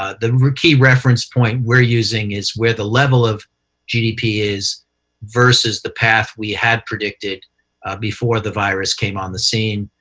ah the key reference point we're using is where the level of gdp is versus the path we had predicted before the virus came on the scene.